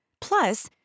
Plus